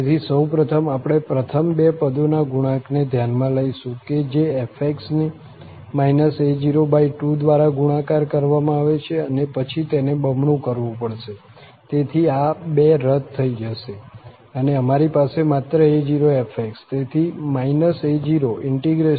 તેથી સૌપ્રથમ આપણે પ્રથમ બે પદોના ગુણાંકને ધ્યાનમાં લઈશું કે જે f ને a02 દ્વારા ગુણાકાર કરવામાં આવે છે અને પછી તેને બમણું કરવું પડશે તેથી આ 2 રદ થશે અને અમારી પાસે માત્ર a0fx